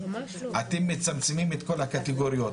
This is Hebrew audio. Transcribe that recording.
אתם מצמצמים את כל הקטגוריות,